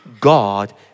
God